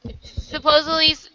supposedly